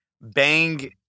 Bang